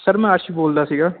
sir ਮੈਂ ਅਰਸ਼ ਬੋਲਦਾ ਸੀਗਾ